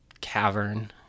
cavern